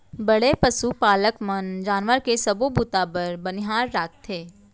बड़े पसु पालक मन जानवर के सबो बूता बर बनिहार राखथें